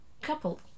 couple